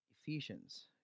Ephesians